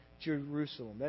Jerusalem